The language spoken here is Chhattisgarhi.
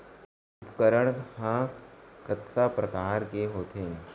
उपकरण हा कतका प्रकार के होथे?